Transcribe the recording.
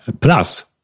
Plus